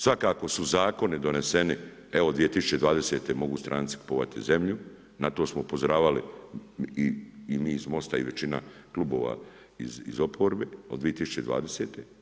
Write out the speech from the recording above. Svakako su zakoni doneseni evo 2020. mogu stranci kupovati zemlju, na to smo upozoravali i mi iz Most-a i većina klubova iz oporbe od 2020.